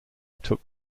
took